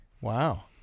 Wow